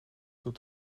toe